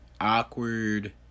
awkward